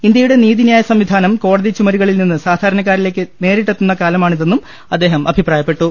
ഇന്ത്യയുടെ നീതിന്യായ സംവിധാനം കോടതി ചുമരു ക ളിൽനിന്ന് സാധാരണ ക്കാരനിലേക്ക് നേരിട്ട് എത്തുന്ന കാലഘട്ടമാണിതെന്നും അദ്ദേഹം അഭിപ്രായപ്പെ ട്ടു